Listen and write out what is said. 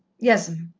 yes'm.